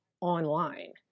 online